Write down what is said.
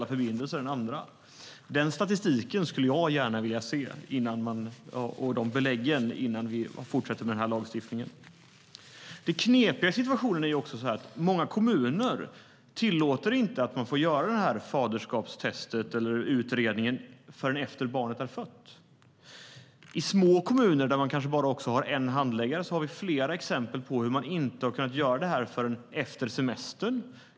Den statistiken och de beläggen skulle jag gärna vilja se innan vi fortsätter med den här lagstiftningen. Det knepiga i situationen är också att många kommuner inte tillåter en faderskapsutredning förrän efter barnets födsel. I små kommuner, där man kanske bara har en handläggare, har vi flera exempel på hur man inte har kunnat göra det här förrän efter semestern.